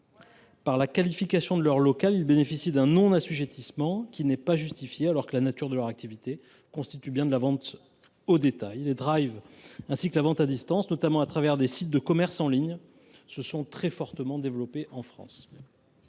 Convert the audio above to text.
Par la qualification de leur local, ils bénéficient d’un non assujettissement qui n’est pas justifié, alors que la nature de leur activité constitue bien de la vente au détail. Les ainsi que la vente à distance, notamment au travers des sites de commerce en ligne, se sont très fortement développés en France.